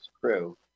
crew